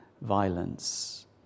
violence